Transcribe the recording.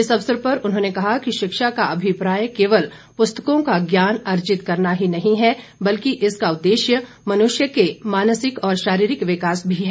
इस अवसर पर उन्होंने कहा कि शिक्षा का अभिप्राय केवल पुस्तकों का ज्ञान अर्जित करना ही नहीं है बल्कि इसका उदेश्य मनुष्य के मानसिक और शारीरिक विकास भी है